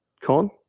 Con